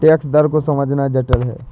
tax दर को समझना जटिल है